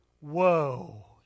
Whoa